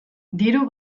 diru